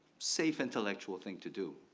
safe intellectual thing to do.